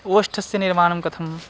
ओष्ठस्य निर्माणं कथं